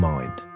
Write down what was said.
Mind